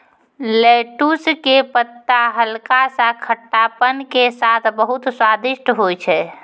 lettuce के पत्ता हल्का सा खट्टापन के साथॅ बहुत स्वादिष्ट होय छै